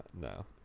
No